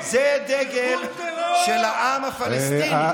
עכשיו, זה דגל של העם הפלסטיני.